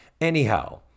Anyhow